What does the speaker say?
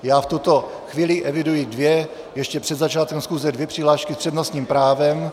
V tuto chvíli eviduji dvě, ještě před začátkem schůze dvě přihlášky s přednostním právem.